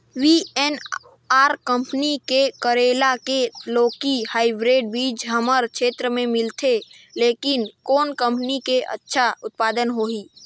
VNR company के करेला की लौकी हाईब्रिड बीजा हमर क्षेत्र मे मिलथे, लेकिन कौन कंपनी के अच्छा उत्पादन होही?